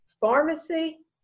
pharmacy